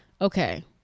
okay